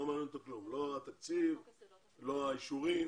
התקנות האלה